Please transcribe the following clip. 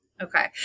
Okay